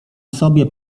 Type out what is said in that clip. sobie